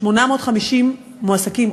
850 מועסקים,